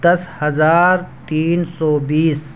دس ہزار تین سو بیس